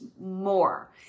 more